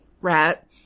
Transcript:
Rat